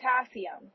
potassium